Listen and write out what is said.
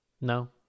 no